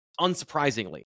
unsurprisingly